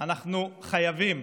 אנחנו חייבים,